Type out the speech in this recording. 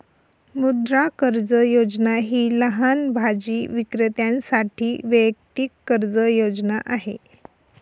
मुद्रा कर्ज योजना ही लहान भाजी विक्रेत्यांसाठी वैयक्तिक कर्ज योजना आहे